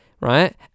right